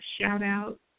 shout-out